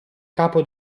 capo